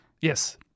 Yes